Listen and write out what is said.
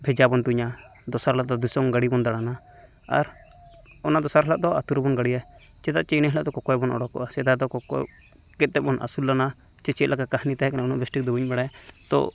ᱵᱷᱮᱡᱟᱵᱚᱱ ᱛᱩᱧᱟ ᱫᱚᱥᱟᱨ ᱦᱤᱚᱞᱳᱜᱫᱚ ᱫᱤᱥᱚᱢ ᱜᱟᱹᱰᱤᱵᱚᱱ ᱫᱟᱬᱟᱱᱟ ᱟᱨ ᱚᱱᱟ ᱫᱚᱥᱟᱨ ᱦᱤᱞᱳᱜᱫᱚ ᱟᱛᱳ ᱨᱮᱵᱚᱱ ᱜᱟᱹᱲᱤᱭᱟ ᱪᱮᱫᱟᱜ ᱪᱮ ᱩᱱ ᱦᱤᱞᱟᱹᱜ ᱫᱚ ᱠᱚᱠᱚᱭᱵᱚᱱ ᱚᱰᱳᱠᱚᱜᱼᱟ ᱥᱮᱫᱟᱭ ᱠᱚᱠᱚᱭ ᱠᱮᱫᱛᱮᱵᱚᱱ ᱟᱹᱥᱩᱞ ᱞᱮᱱᱟ ᱪᱮ ᱪᱮᱫᱞᱮᱠᱟ ᱠᱟᱹᱦᱱᱤ ᱛᱟᱦᱮᱸᱠᱟᱱᱟ ᱩᱱᱟᱹᱜ ᱵᱮᱥ ᱴᱷᱤᱠᱫᱚ ᱵᱟᱹᱧ ᱵᱟᱲᱟᱭᱟ ᱛᱳ